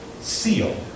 seal